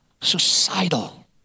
Suicidal